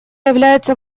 является